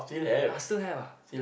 ah still have ah